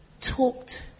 talked